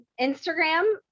instagram